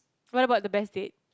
what about the best date